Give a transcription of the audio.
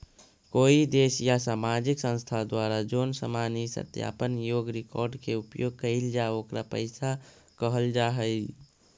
कोई देश या सामाजिक संस्था द्वारा जोन सामान इ सत्यापन योग्य रिकॉर्ड के उपयोग कईल जा ओकरा पईसा कहल जा हई